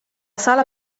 sala